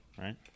right